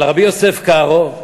על רבי יוסף קארו,